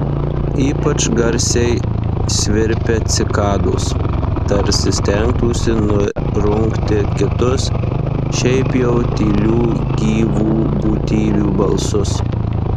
ypač garsiai svirpia cikados tarsi stengtųsi nurungti kitus šiaip jau tylių gyvų būtybių balsus